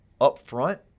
upfront